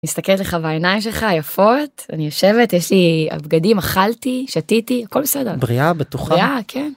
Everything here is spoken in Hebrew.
מסתכלת לך בעיניים שלך היפות, אני יושבת, יש לי, הבגדים אכלתי שתיתי הכל בסדר. בריאה, בטוחה? כן.